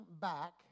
back